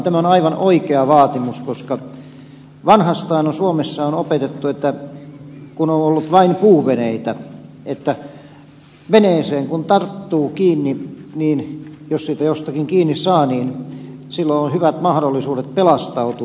tämä on aivan oikea vaatimus koska vanhastaan suomessa on opetettu kun on ollut vain puuveneitä että veneeseen kun tarttuu kiinni jos siitä jostakin kiinni saa niin silloin on hyvät mahdollisuudet pelastautua